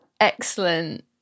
excellent